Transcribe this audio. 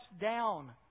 down